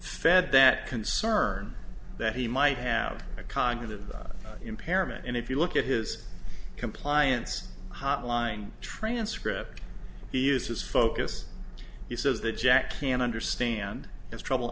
fed that concern that he might have a cognitive impairment and if you look at his compliance hotline transcript he uses focus he says the jack can understand his trouble